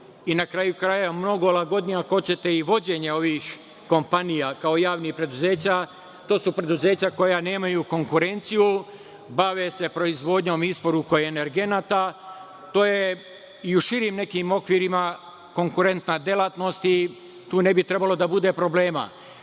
i, na kraju krajeva, ako hoćete i vođenje ovih kompanija kao javnih preduzeća koja nemaju konkurenciju, bave se proizvodnjom i isporukom energenata. To je i u širim nekim okvirima konkurentna delatnost i tu ne bi trebalo da bude problema. Prosto,